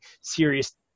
serious